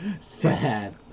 sad